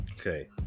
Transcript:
okay